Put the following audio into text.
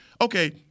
okay